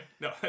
No